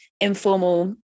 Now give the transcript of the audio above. informal